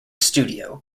studio